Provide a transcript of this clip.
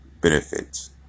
benefits